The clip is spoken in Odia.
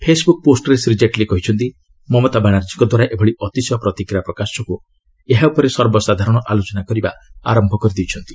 ପେସ୍ବୁକ୍ ପୋଷ୍ଟରେ ଶ୍ରୀ ଜେଟ୍ଲୀ କହିଛନ୍ତି ମମତା ବାନାର୍ଜୀଙ୍କ ଦ୍ୱାରା ଏଭଳି ଅତିଶୟ ପ୍ରତିକ୍ରିୟା ପ୍ରକାଶ ଯୋଗୁଁ ଏହା ଉପରେ ସର୍ବସାଧାରଣ ଆଲୋଚନା କରିବା ଆରମ୍ଭ କରିଦେଇଛନ୍ତି